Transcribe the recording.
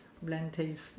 bland taste